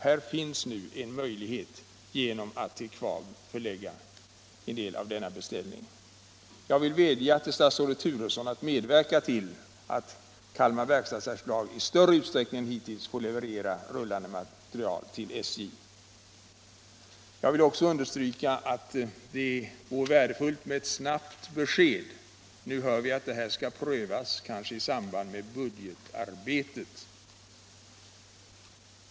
Här finns nu en möjlighet till det genom att till KVAB förlägga en del av SJ:s vagnsbeställning. Nr 33 Jag vill enträget vädja till statsrådet Turesson att medverka till att Kalmarföretaget i större utsträckning än hittills får leverera rullande materiel till SJ. Samtidigt vill jag understryka att det vore värdefullt med I ett snabbt besked. Nu hör vi att frågan kanske skall prövas först i samband Om beställning av med budgetarbetet.